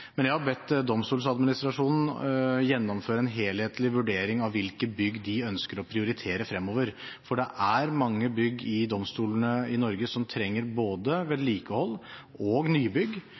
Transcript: Jeg har bedt Domstoladministrasjonen gjennomføre en helhetlig vurdering av hvilke bygg de ønsker å prioritere fremover, for i domstolene i Norge er det mange bygg som trenger både vedlikehold og nybygg,